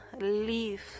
leave